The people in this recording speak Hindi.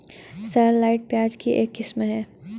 शैललॉटस, प्याज की एक किस्म है